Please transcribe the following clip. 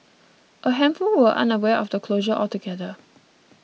a handful were unaware of the closure altogether